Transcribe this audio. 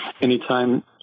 anytime